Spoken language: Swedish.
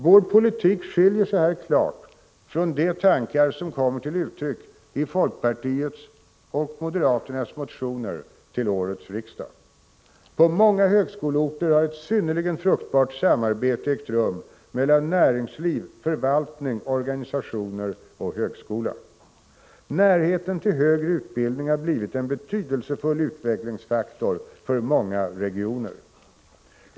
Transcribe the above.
Vår politik skiljer sig här klart från de tankar som kommer till uttryck i folkpartiets och moderaternas motioner till årets riksdag. På många högskoleorter har ett synnerligen fruktbart samarbete ägt rum mellan näringsliv, förvaltning, organisationer och högskola. Närheten till högre utbildning har blivit en betydelsefull utvecklingsfaktor för många regioner.